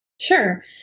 Sure